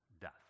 death